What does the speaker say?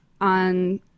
On